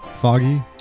foggy